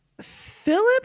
Philip